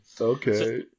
Okay